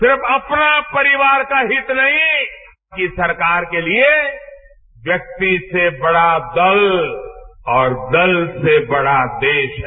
सिर्फ अपना परिवार का हित नहींकि सरकार के लिये व्यक्ति से बड़ा दल और दल से बड़ा देश है